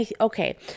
Okay